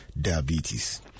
diabetes